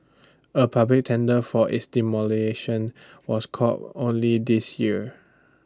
A public tender for its demolition was called only this year